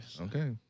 Okay